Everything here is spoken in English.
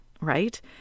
right